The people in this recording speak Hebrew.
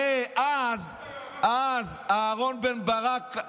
הרי אז אהרן ברק,